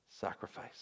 sacrifice